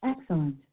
Excellent